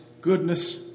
goodness